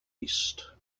east